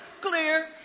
clear